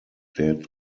dead